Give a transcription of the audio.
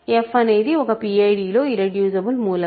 f అనేది ఒక PID లో ఇర్రెడ్యూసిబుల్ మూలకం